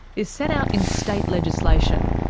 is set out in state legislation,